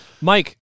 Mike